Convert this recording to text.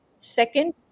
second